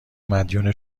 مدیون